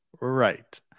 Right